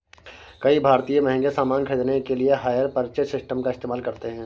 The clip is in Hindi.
कई भारतीय महंगे सामान खरीदने के लिए हायर परचेज सिस्टम का इस्तेमाल करते हैं